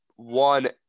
one